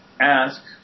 Ask